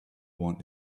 want